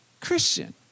Christian